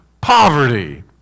poverty